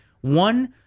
one